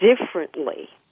differently